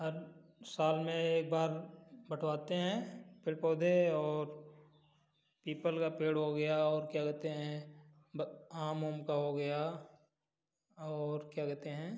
और साल में एक बार बटवाते हैं पेड़ पौधे और पीपल का पेड़ हो गया और क्या कहते हैं आम उम का हो गया और क्या कहते हैं